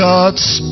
God's